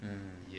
mm